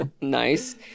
Nice